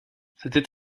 c’était